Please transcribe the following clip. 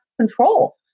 control